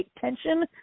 tension